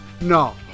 no